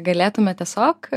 galėtume tiesiog